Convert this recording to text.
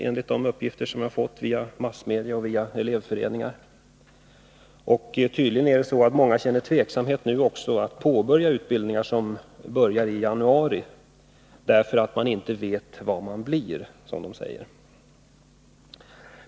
Enligt uppgifter som jag har fått via massmedia och elevföreningar har en del hoppat av utbildningen. Tydligen känner också många tveksamhet till att delta i den utbildning som börjar nu i januari. De vet inte vad man blir, som de säger.